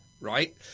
right